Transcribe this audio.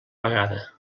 vegada